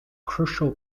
crucial